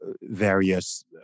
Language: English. various